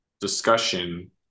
discussion